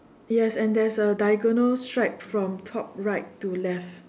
yes and there's a diagonal stripe from top right to left